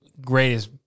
greatest